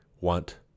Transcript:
want